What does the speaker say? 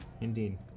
indeed